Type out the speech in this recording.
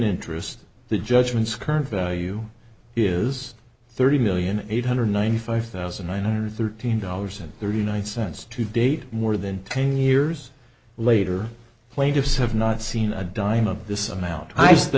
interest the judgments current value is thirty million eight hundred ninety five thousand nine hundred thirteen dollars and thirty nine cents to date more than ten years later plaintiffs have not seen a dime of this amount i